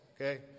Okay